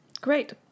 great